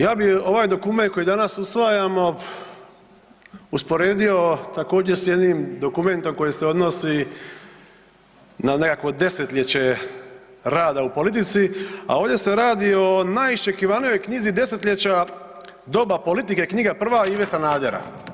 Ja bi ovaj dokument koji danas usvajamo usporedio također, s jednim dokumentom koji se odnosi na nekakvo desetljeće rada u politici, a ovdje se radi o najiščekivanijoj knjizi desetljeća doba politike, knjiga prva, Ive Sanadera.